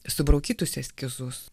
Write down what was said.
subraukytus eskizus